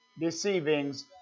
deceivings